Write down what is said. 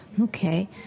Okay